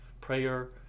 prayer